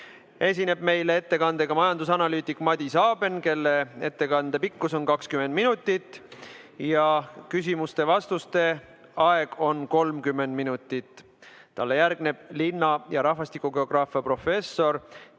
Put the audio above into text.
esineb meile ettekandega majandusanalüütik Madis Aben, kelle ettekande pikkus on 20 minutit, ja küsimuste-vastuste aeg on 30 minutit. Järgmisena kõneleb linna- ja rahvastikugeograafia professor